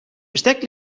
bestek